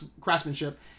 craftsmanship